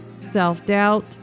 self-doubt